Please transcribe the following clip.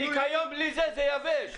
ניקיון בלי זה, זה יבש.